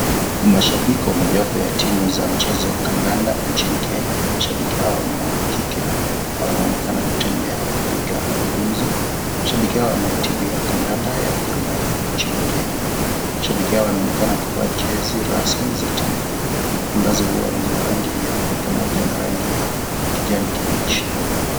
Mashabiki ya mojawapo wa timu za mchezo wa kandanda nchini Kenya, mashabiki hawa ni wa kike na wanaonekana kutembea wakipiga gumzo. Mashabiki hawa ni wa timu ya kandanda ya Gor mahia nchini Kenya, mashabiki hawa wanaonekana kuvaa jezi rasmi za timu hiyo ambazo huwa ni za rangi nyeupe pamoja na rangi ya kijani kibichi.